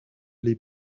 les